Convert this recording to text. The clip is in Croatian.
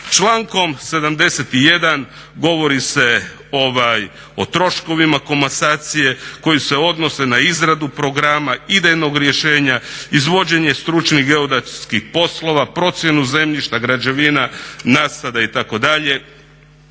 Člankom 71. govori se o troškovima komasacije koji se odnose na izradu programa, idejnog rješenja, izvođenje stručnih geodetskih poslova, procjenu zemljišta, građevina, nasada itd.,